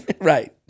Right